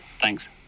Thanks